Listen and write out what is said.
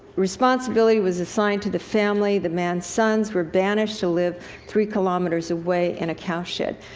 responsibility was assigned to the family. the man's sons were banished to live three kilometers away, in a cowshed.